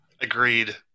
Agreed